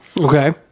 Okay